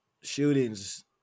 shootings